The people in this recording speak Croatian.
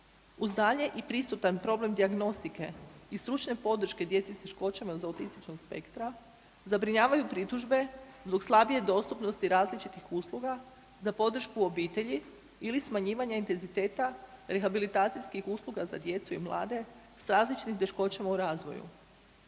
Uz dalje i prisutan problem dijagnostike i stručne podrške djece s teškoćama iz autističnog spektra zabrinjavaju pritužbe zbog slabije dostupnosti različitih usluga za podršku obitelji ili smanjivanja intenziteta rehabilitacijskih usluga za djecu i mlade s različitim teškoćama u razvoju.